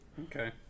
Okay